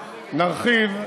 נרחיב,